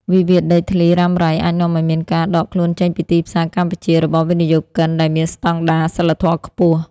វិវាទដីធ្លីរ៉ាំរ៉ៃអាចនាំឱ្យមានការដកខ្លួនចេញពីទីផ្សារកម្ពុជា របស់វិនិយោគិនដែលមានស្ដង់ដារសីលធម៌ខ្ពស់។